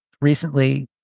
Recently